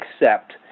accept